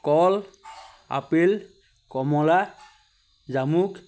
কল আপেল কমলা জামুক